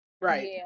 Right